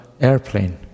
airplane